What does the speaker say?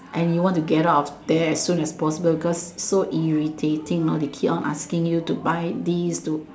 and you want to get out of there as soon as possible because so irritating know they keep on asking you to buy this to